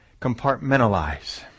Compartmentalize